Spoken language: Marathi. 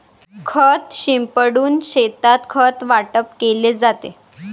खत शिंपडून शेतात खत वाटप केले जाते